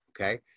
okay